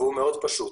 והוא מאוד פשוט: